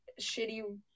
shitty